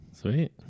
Sweet